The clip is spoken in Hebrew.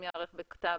ייערך בכתב,